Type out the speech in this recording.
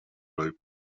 loop